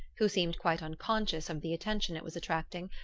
who seemed quite unconscious of the attention it was attracting,